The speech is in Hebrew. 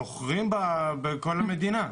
מוכרים אותו בכל המדינה.